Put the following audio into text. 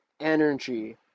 energy